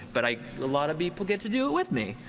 but a lot of people get to do it with me.